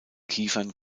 kiefern